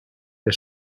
der